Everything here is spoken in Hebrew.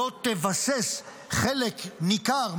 לא תבסס חלק ניכר,